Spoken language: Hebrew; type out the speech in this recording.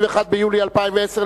21 ביולי 2010,